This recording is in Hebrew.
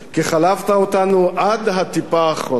כי חלבת אותנו עד הטיפה האחרונה.